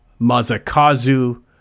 Mazakazu